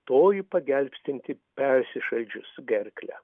toji pagelbstinti persišaldžius gerklę